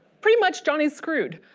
pretty much johnny is screwed.